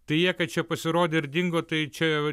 tai jie kad čia pasirodė ir dingo tai čia